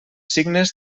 signes